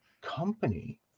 company